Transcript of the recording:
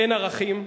אין ערכים,